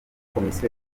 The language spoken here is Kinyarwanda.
komisiyo